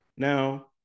Now